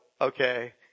okay